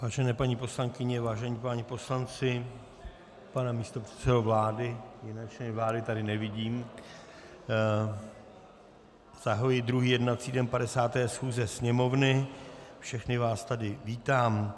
Vážené paní poslankyně, vážení páni poslanci, pane místopředsedo vlády jiné členy vlády tady nevidím , zahajuji druhý jednací den 50. schůze Sněmovny, všechny vás tady vítám.